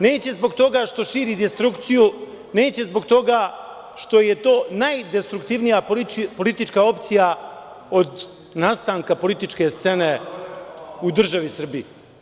Neće zbog toga što širi destrukciju, neće zbog toga što je to najdestruktivnija politička opcija od nastanka političke scene u državi Srbiji.